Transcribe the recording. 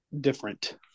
different